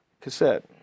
Cassette